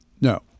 No